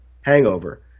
hangover